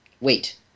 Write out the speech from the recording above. Wait